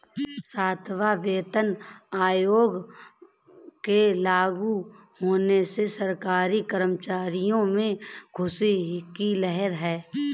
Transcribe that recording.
सातवां वेतन आयोग के लागू होने से सरकारी कर्मचारियों में ख़ुशी की लहर है